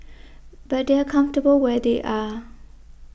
but they are comfortable where they are